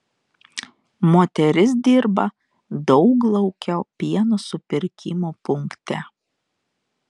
moteris dirba dauglaukio pieno supirkimo punkte